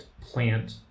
plant